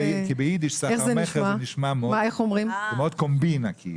כי באידיש סחר מכר נשמע מאוד קומבינה כאילו.